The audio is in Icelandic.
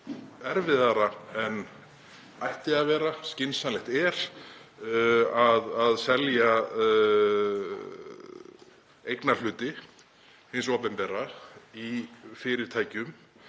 erfiðara en það ætti að vera, skynsamlegt er, að selja eignarhluti hins opinbera í fyrirtækjum